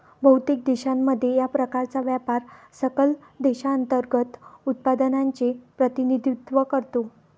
बहुतेक देशांमध्ये, या प्रकारचा व्यापार सकल देशांतर्गत उत्पादनाचे प्रतिनिधित्व करतो